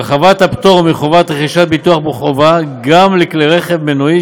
הרחבת הפטור מחובת רכישת ביטוח חובה גם לכלי רכב מנועי